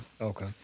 Okay